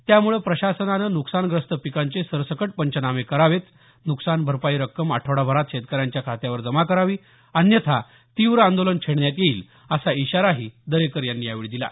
त्यामुळे प्रशासनानं नुकसानग्रस्त पिकांचे सरसकट पंचनामे करावे नुकसान भरपाई रक्कम आठवडाभरात शेतकऱ्यांच्या खात्यावर जमा करावी अन्यथा तीव्र आंदोलन छेडण्यात येईल असा इशाराही दरेकर यांनी यावेळी दिला